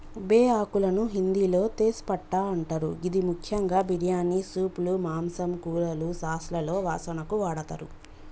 బేఆకులను హిందిలో తేజ్ పట్టా అంటరు గిది ముఖ్యంగా బిర్యానీ, సూప్లు, మాంసం, కూరలు, సాస్లలో వాసనకు వాడతరు